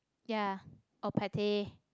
ya or pate